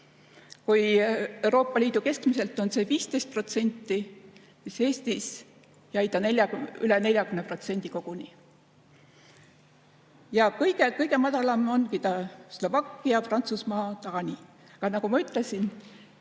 Kui Euroopa Liidus keskmiselt on see 15%, siis Eestis jäi ta koguni üle 40%. Kõige-kõige madalam on see Slovakkias, Prantsusmaal, Taanis. Aga nagu ma ütlesin,